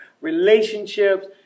relationships